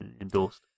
endorsed